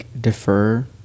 defer